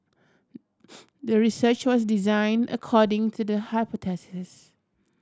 the research was designed according to the hypothesis